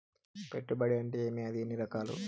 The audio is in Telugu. పెట్టుబడి అంటే ఏమి అది ఎన్ని రకాలు